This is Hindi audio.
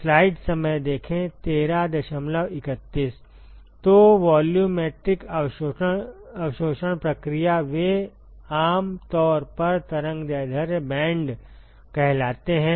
तो वॉल्यूमेट्रिक अवशोषण प्रक्रिया वे आम तौर पर तरंग दैर्ध्य बैंड कहलाते हैं